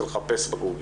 זה לחפש בגוגל.